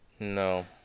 No